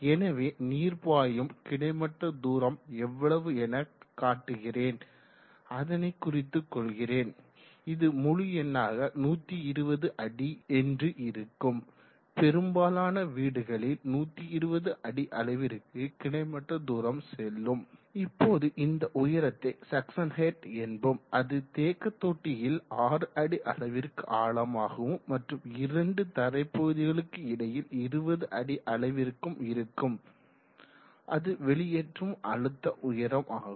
எனவே நீர் பாயும் கிடைமட்ட தூரம் எவ்வளவு என காட்டுகிறேன் அதனை குறித்து கொள்கிறேன் இது முழுஎண்ணாக 120 அடி என்று இருக்கும் பெரும்பாலான வீடுகளில் 120 அடிஅளவிற்கு கிடைமட்ட தூரம் செல்லும் இப்போது இந்த உயரத்தை சக்சன் ஹெட் என்போம் அது தேக்க தொட்டியில் 6 அடி அளவிற்கு ஆழமாகவும் மற்றும் இரண்டு தரைப்பகுதிகளுக்கு இடையில் 20 அடி அளவிற்கு இருக்கும் அது வெளியேற்றும் அழுத்த உயரம் ஆகும்